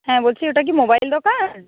হ্যাঁ বলছি ওটা কি মোবাইল দোকান